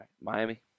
Miami